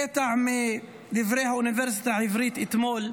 קטע מדברי האוניברסיטה העברית אתמול.